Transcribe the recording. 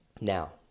Now